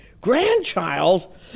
grandchild